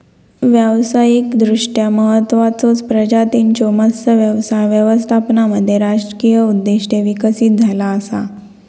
व्यावसायिकदृष्ट्या महत्त्वाचचो प्रजातींच्यो मत्स्य व्यवसाय व्यवस्थापनामध्ये राजकीय उद्दिष्टे विकसित झाला असा